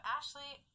Ashley